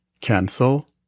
Cancel